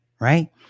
right